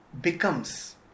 becomes